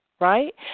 right